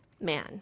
man